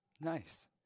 Nice